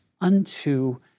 unto